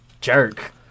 Jerk